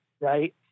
right